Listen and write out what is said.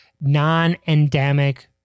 non-endemic